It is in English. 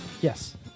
Yes